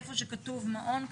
איפה שכתוב מעון,